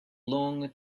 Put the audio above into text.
longer